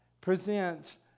presents